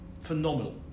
Phenomenal